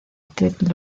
actriz